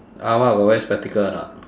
ah ma got wear spectacle or not